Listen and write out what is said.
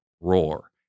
roar